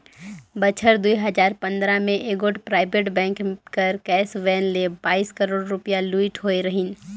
बछर दुई हजार पंदरा में एगोट पराइबेट बेंक कर कैस वैन ले बाइस करोड़ रूपिया लूइट होई रहिन